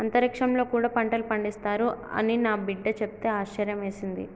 అంతరిక్షంలో కూడా పంటలు పండిస్తారు అని నా బిడ్డ చెప్తే ఆశ్యర్యమేసింది